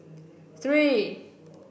three